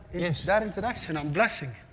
that introduction, i'm blushing.